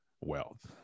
wealth